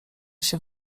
się